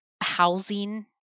housing